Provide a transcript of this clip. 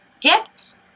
get